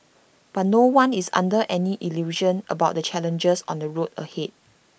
but no one is under any illusion about the challenges on the road ahead